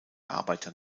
arbeiter